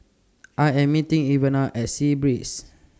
I Am meeting Ivana At Sea Breeze